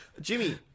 Jimmy